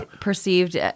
perceived